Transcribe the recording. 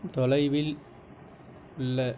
தொலைவில் உள்ள